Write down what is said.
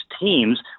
teams